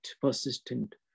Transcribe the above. persistent